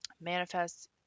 manifest